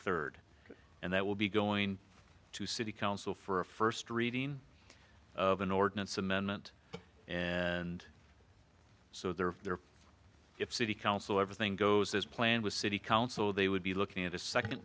third and that will be going to city council for a first reading of an ordinance amendment and so they're there if city council everything goes as planned with city council they would be looking at a second